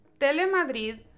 Telemadrid